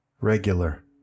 regular